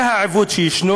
זה העיוות שיש,